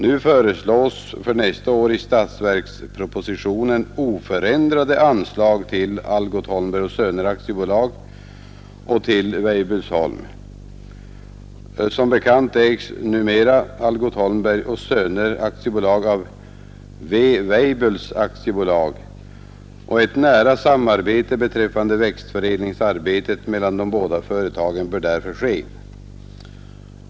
Nu föreslås för nästa år i statsverkspropositionen oförändrade anslag till Algot Holmberg och Söner AB och till Weibullsholm. Som bekant ägs ju numera Algot Holmberg och Söner AB av W. Weibull AB och ett nära samarbete beträffande växtförädlingsarbetet mellan de båda företagen bör därför ske.